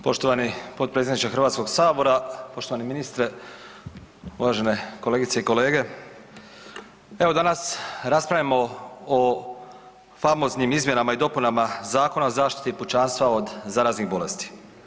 Poštovani potpredsjedniče Hrvatskog sabora, poštovani ministre, uvažene kolegice i kolege, evo danas raspravljamo o famoznim izmjenama i dopunama Zakona o zaštiti pučanstva od zaraznih bolesti.